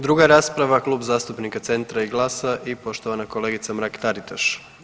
Druga rasprava Klub zastupnika CENTRA i GLAS-a i poštovana kolegica Mrak Taritaš.